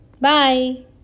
Bye